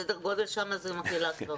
סדר גודל שם זה מקהלה כבר.